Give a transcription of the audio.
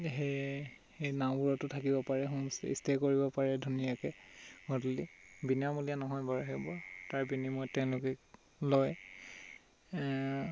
সে সে নাওবোৰতো থাকিব পাৰে হোমষ্টে ষ্টে কৰিব পাৰে ধুনীয়াকৈ গধূলী বিনামূলীয়া নহয় বাৰু সেইবোৰ তাৰ বিনিময়ত তেওঁলোকে লয়